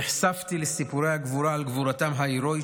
נחשפתי לסיפורי הגבורה על גבורתם ההירואית